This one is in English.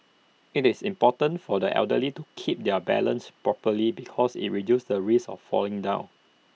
IT is important for the elderly to keep their balance properly because IT reduces the risk of falling down